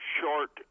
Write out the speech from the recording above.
short